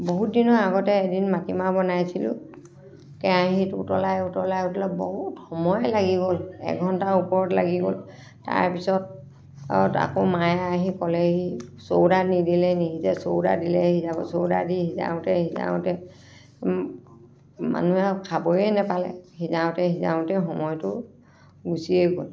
বহুত দিনৰ আগতে এদিন মাটিমাহ বনাইছিলোঁ কেৰাহীত উতলাই উতলাই উতলাই বহুত সময় লাগি গ'ল এঘণ্টাৰ ওপৰত লাগি গ'ল তাৰ পিছত আকৌ মায়ে আহি ক'লেহি ছ'ডা নিদিলে নিসিজে ছ'ডা দিলেহে সিজাব ছ'ডা দি সিজাওঁতে সিজাওঁতে মানুহে খাবই নাপালে সিজাওঁতে সিজাওঁতে সময়টো গুচিয়ে গ'ল